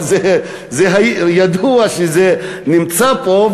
זה ידוע שנמצא פה,